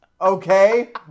okay